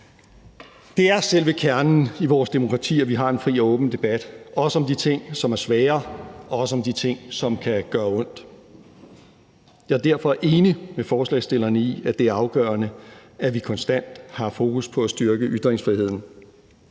Det er selve kernen i vores demokrati, at vi har en fri og åben debat, også om de ting, som er svære, og også om de ting, som kan gøre ondt. Jeg er derfor enig med forslagsstillerne i, at det er afgørende, at vi konstant har fokus på at styrke ytringsfriheden.